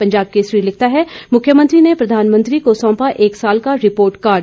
पंजाब केसरी लिखता है मुख्यमंत्री ने प्रधानमंत्री को सौंपा एक साल का रिपोर्ट कार्ड